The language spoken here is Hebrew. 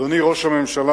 אדוני ראש הממשלה,